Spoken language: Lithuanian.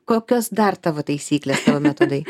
kokios dar tavo taisyklės tavo metodai